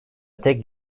tek